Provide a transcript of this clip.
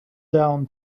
down